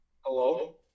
Hello